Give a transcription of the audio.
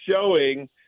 showing